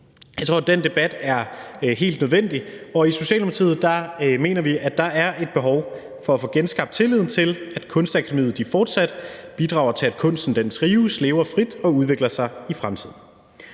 Jeg tror, at den debat er helt nødvendig, og i Socialdemokratiet mener vi, at der er et behov for at få genskabt tilliden til, at Kunstakademiet fortsat bidrager til, at kunsten trives og lever frit og udvikler sig i fremtiden.